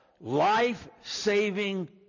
life-saving